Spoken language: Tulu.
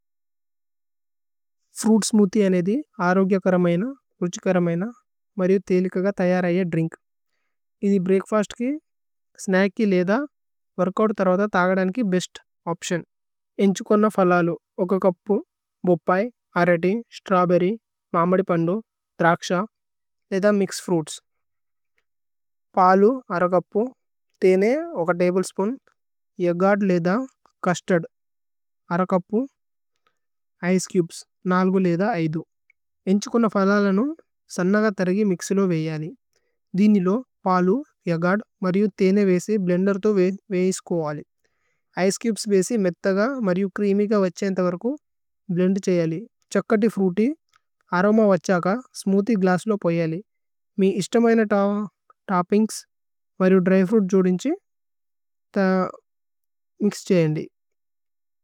ഫ്രുഇത് സ്മൂഥിഏ അദേ അരോഗ്യ കരമയന ഉര്ഛിന്। കരമയന മര്യു തേലികഗ തയരയ ദ്രിന്ക്। ഇദി ബ്രേഅക്ഫസ്ത് കി സ്നച്ക് കി ലേധ വോര്ക് ഓഉത്। തരവദ തഗദനി കി ബേസ്ത് ഓപ്തിഓന് ഏന്ഛുകോന്ന। ഫലലു ചുപ് ബോപ്പൈ, അരതി, സ്ത്രവ്ബേര്ര്യ്। മമദിപന്ദു, ദ്രക്ശ, ലേദ മിക്സ് ഫ്രുഇത്സ്। പലു അരു കപ്പു ഥേനേ തബ്ലേ സ്പൂന് യഗദ് ലേദ। ചുസ്തര്ദ് അരു കപ്പു ഇചേ ചുബേസ് ലേദ ഏന്ഛുകോന്ന। ഫലലു സനഗ തരഗി മിക്സി ലോ വേഇയനി ദിനി। ലോ പലു യഗദ് മര്യു ഥേനേ വേസി ബ്ലേന്ദേര് തോ। വേഇസികോവലി ഇചേ ചുബേസ് വേസി। മേഥഗ മര്യു ച്രേഅമ്യ് ക വേസി ഏന്തവര്കു। ബ്ലേന്ദ് ഛയലി ഛ്ഹകതി ഫ്രുഇത്യ് അരോമ വഛഗ। സ്മൂഥിഏ ഗ്ലസ്സ് ലോ പോയലി മി ഇശ്തമയനേ। തോപ്പിന്ഗ്സ് മര്യു ദ്ര്യ് ഫ്രുഇത്। ജോദിന്ഛി മിക്സ് ഛയന്ദി।